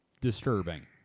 disturbing